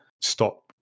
stop